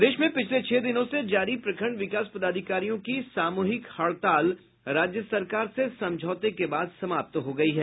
प्रदेश में पिछले छह दिनों से जारी प्रखंड विकास पदाधिकारियों की सामूहिक हड़ताल राज्य सरकार से समझौते के बाद समाप्त हो गयी है